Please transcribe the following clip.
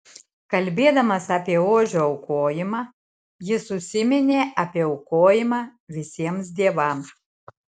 kalbėdamas apie ožio aukojimą jis užsiminė apie aukojimą visiems dievams